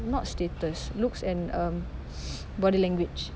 not status looks and um body language